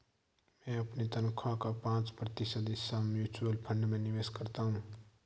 मैं अपनी तनख्वाह का पाँच प्रतिशत हिस्सा म्यूचुअल फंड में निवेश करता हूँ